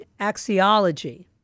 axiology